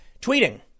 tweeting